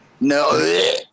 No